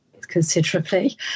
considerably